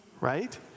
right